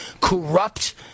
corrupt